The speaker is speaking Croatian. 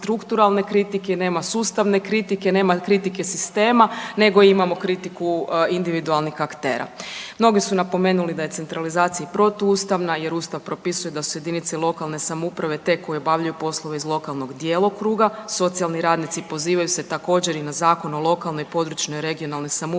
nema sustavne kritike, nema kritike sistema nego imamo kritiku individualnih aktera. Mnogi su napomenuli da je centralizacija protuustavna jer ustav propisuje da su JLS te koje obavljaju poslove iz lokalnog djelokruga, socijalni radnici pozivaju se također i na Zakon o lokalnoj i područnoj regionalnoj samoupravi